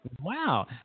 Wow